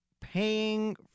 paying